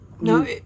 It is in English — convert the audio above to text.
No